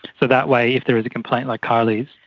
so that way if there is a complaint like karli's,